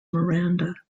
miranda